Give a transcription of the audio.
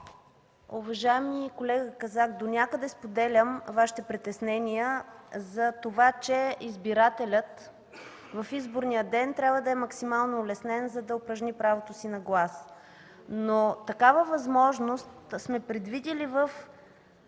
Уважаеми колега Казак, донякъде споделям Вашите притеснения за това, че избирателят в изборния ден трябва да е максимално улеснен, за да упражни правото си на глас. Обаче такава възможност сме предвидили в